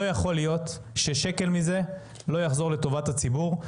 לא יכול להיות ששקל מזה לא יחזור לטובת הציבור,